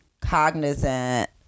cognizant